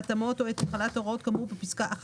אנחנו לא נוכל לתת לכם סמכויות לפטורים בלי לדעת